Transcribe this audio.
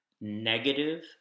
negative